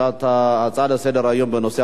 ההצעה לסדר-היום בנושא: